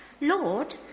Lord